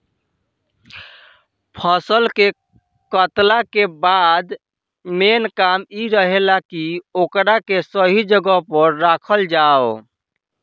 फसल के कातला के बाद मेन काम इ रहेला की ओकरा के सही जगह पर राखल जाव